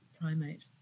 primate